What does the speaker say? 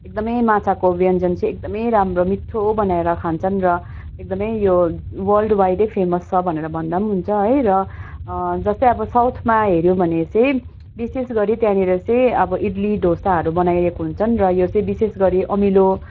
एकदमै माछाको व्यञ्जन चाहिँ एकदमै राम्रो मिठो बनाएर खान्छन् र एकदमै यो वर्ल्डवाइडै फेमस छ भन्दा पनि हुन्छ है र जस्तै अब साउथमा हेऱ्यौँ भने चाहिँ विशेष गरी त्यहाँनिर चाहिँ अब इडली डोसाहरू बनाएको हुन्छन् र यो चाहिँ विशेष गरी अमिलो